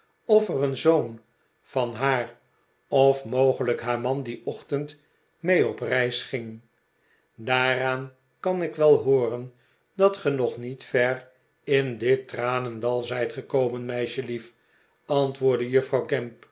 er een zoon van haar of mogelijk haar man dien ochtend mee op reis ging daaraan kan ik wel hooren dat ge nog niet ver in dit tranendal zijt gekomen meisjelief antwoordde juffrouw gamp